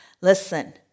Listen